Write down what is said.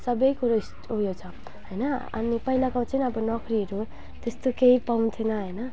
सबै कुरो ऊ यो छ होइन अनि पहिलाको चाहिँ अब नोकरीहरू त्यस्तो केही पाउँथेन होइन